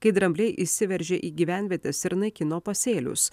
kai drambliai įsiveržė į gyvenvietes ir naikino pasėlius